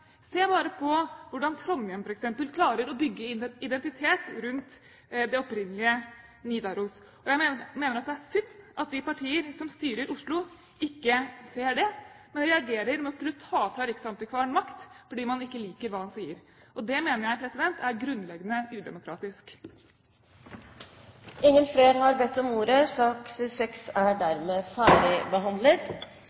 Se bare på hvordan Trondheim, f.eks., klarer å bygge en identitet rundt det opprinnelige Nidaros. Jeg mener at det er synd at de partier som styrer Oslo, ikke ser det, men reagerer med å skulle ta fra riksantikvaren makt fordi man ikke liker hva han sier. Det mener jeg er grunnleggende udemokratisk. Flere har ikke bedt om ordet til sak